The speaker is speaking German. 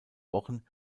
wochen